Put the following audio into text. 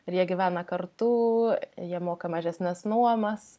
ir jie gyvena kartu jie moka mažesnes nuomas